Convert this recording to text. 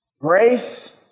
Grace